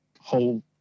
whole